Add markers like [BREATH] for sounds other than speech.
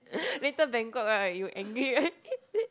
[BREATH] later Bangkok right you angry right [LAUGHS]